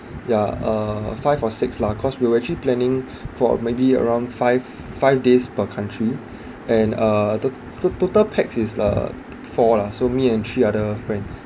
ya uh five or six lah cause we were actually planning for maybe around five five days per country and uh the total pax is uh four lah so me and three other friends